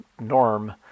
norm